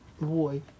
Boy